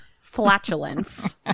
flatulence